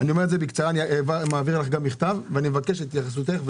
אעביר לך מכתב ואבקש את התייחסותך.